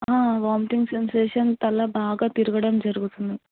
vomiting sensation తల బాగా తిరగడం జరుగుతుంది